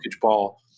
ball